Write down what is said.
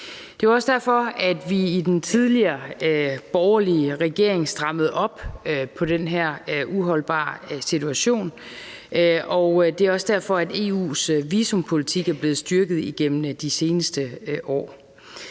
Det var også derfor, at vi i den tidligere, borgerlige regering strammede op på den her uholdbare situation, og det er også derfor, at EU's visumpolitik er blevet styrket igennem de seneste år.